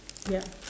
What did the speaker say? yup